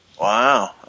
Wow